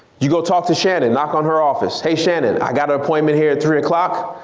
you go talk to shannon, knock on her office, hey shannon, i got an appointment here at three o'clock.